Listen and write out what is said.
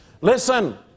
Listen